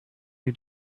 new